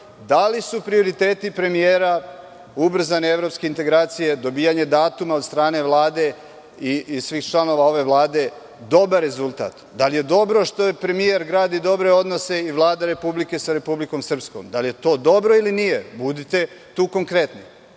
da li su prioriteti premijera ubrzane evropske integracije, dobijanje datuma od strane Vlade i svih članova ove vlade, dobar rezultat. Da li je dobro što premijer gradi dobre odnose i Vlada Republike Srbije sa Republikom Srpskom? Da li je to dobro ili nije. Nemojte molim